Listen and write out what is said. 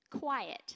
quiet